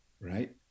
right